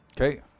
Okay